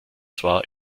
zwar